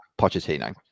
Pochettino